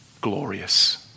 glorious